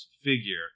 figure